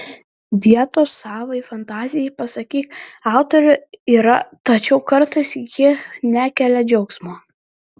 vietos savai fantazijai pasak aktorių yra tačiau kartais ji nekelia džiaugsmo